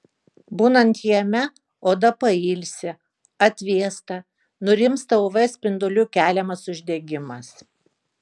būnant jame oda pailsi atvėsta nurimsta uv spindulių keliamas uždegimas